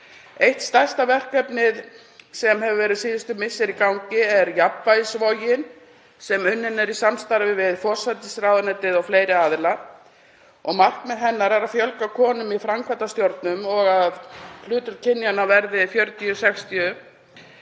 Eitt stærsta verkefnið sem hefur verið í gangi síðustu misseri er jafnvægisvogin sem unnin er í samstarfi við forsætisráðuneytið og fleiri aðila. Markmið hennar er að fjölga konum í framkvæmdastjórnum og að hlutur kynjanna verði 40/60.